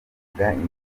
bakoranye